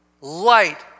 light